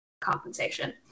compensation